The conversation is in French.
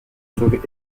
sauve